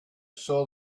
saw